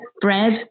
bread